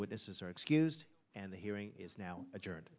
witnesses are excused and the hearing is now adjourn